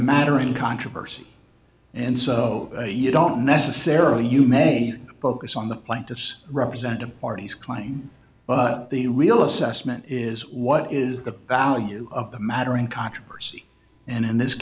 matter in controversy and so you don't necessarily you made focus on the plaintiffs represent the parties crime but the real assessment is what is the value of a matter in controversy and in this